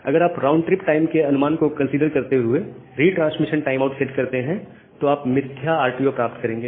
अगर आप round trip time के अनुमान को कंसीडर करते हुए रिट्रांसमिशन टाइमआउट सेट करते हैं तो आप मिथ्या RTO प्राप्त करेंगे